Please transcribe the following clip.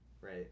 right